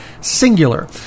singular